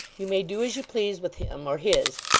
you may do as you please with him, or his,